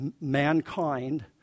mankind